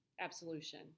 Absolution